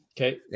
Okay